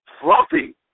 Fluffy